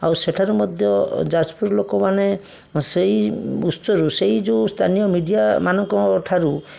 ଆଉ ସେଠାରୁ ମଧ୍ୟ ଯାଜପୁର ଲୋକମାନେ ସେଇ ଉତ୍ସରୁ ସେଇ ଯେଉଁ ସ୍ଥାନୀୟ ମିଡ଼ିଆମାନଙ୍କଠାରୁ